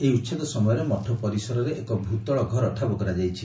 ଏହି ଉଛେଦ ସମୟରେ ମଠ ପରିସରରେ ଏକ ଭ୍ତଳ ଘର ଠାବ କରାଯାଇଛି